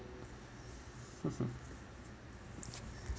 mmhmm